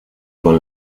con